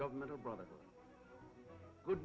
governmental brotherhood